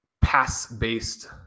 pass-based